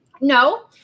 No